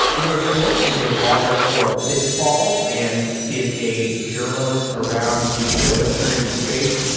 bruno skvorc is a blogger for bitfalls and is a journalist around the cryptocurrency space.